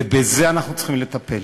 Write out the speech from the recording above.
ובזה אנחנו צריכים לטפל,